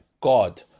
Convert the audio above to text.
God